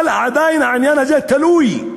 אבל עדיין העניין הזה תלוי,